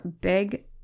big